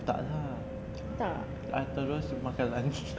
tak lah I terus makan lunch